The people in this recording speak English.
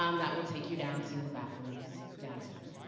um that will take you down to the bathrooms downstairs.